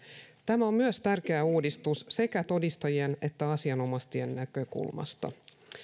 tämä on myös tärkeä uudistus sekä todistajien että asianomaisten näkökulmasta